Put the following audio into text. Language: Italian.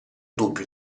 dubbio